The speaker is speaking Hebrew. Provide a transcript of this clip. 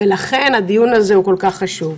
ולכן הדיון הזה כל כך חשוב.